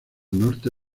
norte